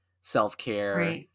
self-care